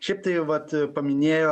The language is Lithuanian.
šiaip tai vat paminėjo